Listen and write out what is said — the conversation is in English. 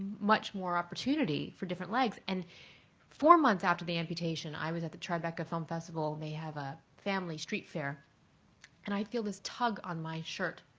much more opportunity for different legs and four months after the amputation i was at the tribeca film festival and they have a family street fair and i feel this tug on my shirt.